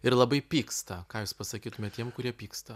ir labai pyksta ką jūs pasakytumėt tiem kurie pyksta